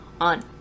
on